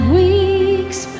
weeks